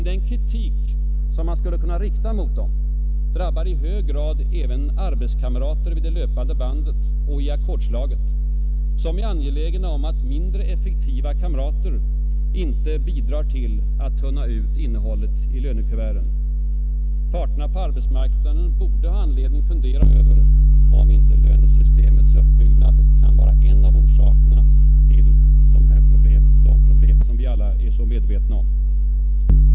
Den kritik som man skulle kunna rikta mot dem drabbar i hög grad även arbetskamrater vid det löpande bandet och i ackordslaget, som är angelägna om att mindre effektiva kamrater inte bidrar till att tunna ut innehållet i lönekuverten. Parterna på arbetsmarknaden borde ha anledning att fundera över om inte lönesystemets uppbyggnad kan vara en av orsakerna till dessa problem — de problem som vi alla är så medvetna om.